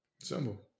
Simple